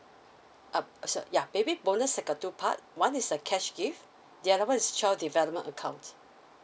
uh sir err yeah baby bonus like a two part one is a cash gift the other one is child development account